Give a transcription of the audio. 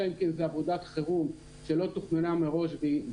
אלא אם כן זו עבודת חירום שלא תוכננה מראש והיא